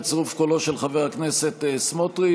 בצירוף קולו של חבר הכנסת סמוטריץ',